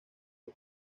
que